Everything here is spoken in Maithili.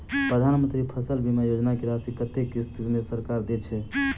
प्रधानमंत्री फसल बीमा योजना की राशि कत्ते किस्त मे सरकार देय छै?